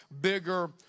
bigger